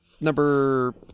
number